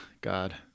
God